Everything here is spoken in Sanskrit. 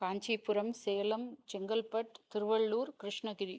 काञ्चीपुरं सेलं चङ्गल्पट् तिरुवळ्ळूर् कृष्णगिरि